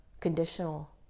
conditional